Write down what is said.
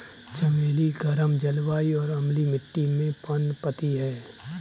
चमेली गर्म जलवायु और अम्लीय मिट्टी में पनपती है